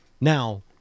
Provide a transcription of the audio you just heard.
Now